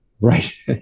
Right